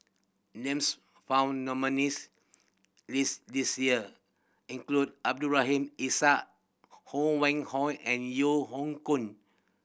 names found in nominees' list this year include Abdul Rahim Ishak Ho Wan Hong and Yeo Hoe Koon